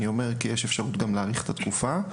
ויש אפשרות גם להאריך את התקופה.